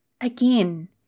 Again